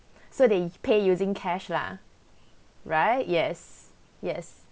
so they pay using cash lah right yes yes